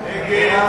הצעת סיעת קדימה